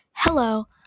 hello